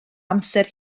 amser